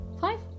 five